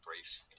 brief